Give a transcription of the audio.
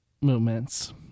movements